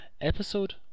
episode